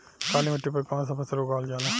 काली मिट्टी पर कौन सा फ़सल उगावल जाला?